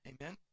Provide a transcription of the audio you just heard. Amen